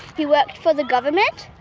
he worked for the government,